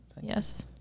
Yes